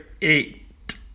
eight